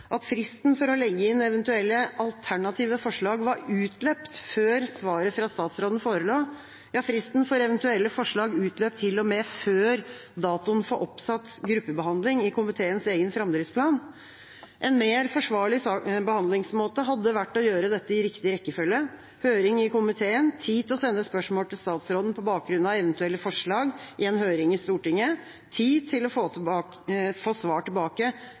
at fristen for å legge inn eventuelle alternative forslag var utløpt før svaret fra statsråden forelå. Fristen for eventuelle forslag utløp til og med før datoen for oppsatt gruppebehandling i komiteens egen framdriftsplan. En mer forsvarlig behandlingsmåte hadde vært å gjøre dette i riktig rekkefølge: høring i komiteen, tid til å sende spørsmål til statsråden på bakgrunn av eventuelle forslag i en høring i Stortinget, tid til å få svar tilbake før fristen for forslag utløp, tid til å få svar tilbake